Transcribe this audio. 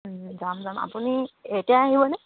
যাম যাম আপুনি এতিয়া আহিবনে